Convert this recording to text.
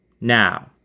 Now